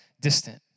distant